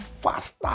faster